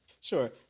Sure